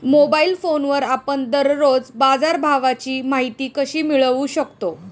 Mobile फोनवर आपण दररोज बाजारभावाची माहिती कशी मिळवू शकतो?